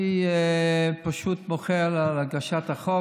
אני פשוט מוחה על הגשת החוק.